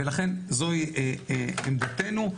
ולכן זוהי עמדתנו.